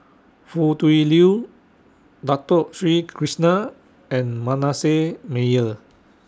Foo Tui Liew Dato Sri Krishna and Manasseh Meyer